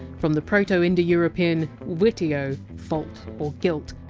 from the proto-indo-european! wi-tio, fault or guilt.